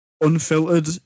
unfiltered